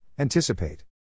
Anticipate